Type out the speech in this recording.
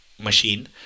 machine